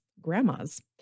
grandmas